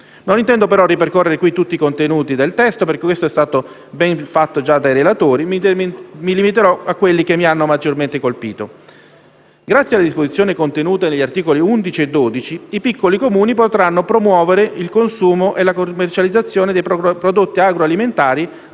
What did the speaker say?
Non intendo però ripercorrere qui tutti i contenuti del testo, perché è stato già ben fatto dai relatori. Mi limiterò a quelli che mi hanno maggiormente colpito. Grazie alle disposizioni contenute negli articoli 11 e 12, i piccoli Comuni potranno promuovere il consumo e la commercializzazione dei prodotti agroalimentari